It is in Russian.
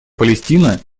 палестина